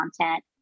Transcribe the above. content